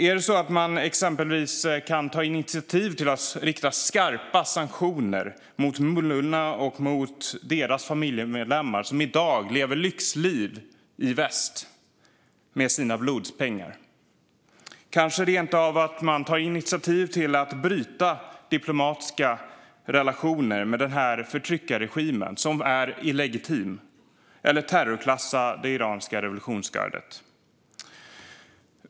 Är det så att man exempelvis kan ta initiativ till att rikta skarpa sanktioner mot mullorna och mot deras familjemedlemmar som i dag lever lyxliv i väst med sina blodspengar? Man kanske rent av tar initiativ till att bryta diplomatiska relationer med den här förtryckarregimen, som är illegitim, eller terrorklassa det iranska revolutionsgardet.